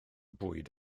bwyd